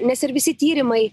nes ir visi tyrimai